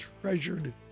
treasured